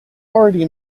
already